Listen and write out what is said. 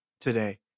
today